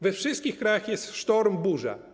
We wszystkich krajach jest sztorm, burza.